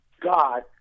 God